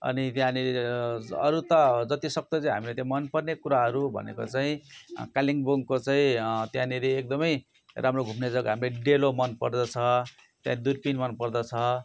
अनि त्यहाँनिर अरू त जतिसक्दो चाहिँ हामीले त्यो मनपर्ने कुराहरू भनेको चाहिँ कालिम्पोङको चाहिँ त्यहाँनिरी एकदमै राम्रो घुम्ने जग्गा हामी डेलो मनपर्दछ त्यहाँ दुर्बिन मनपर्दछ